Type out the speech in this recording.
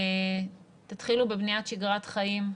תתחילו בבניית שגרת חיים,